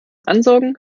ansaugen